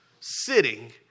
sitting